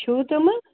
چھُوٕ تِمہٕ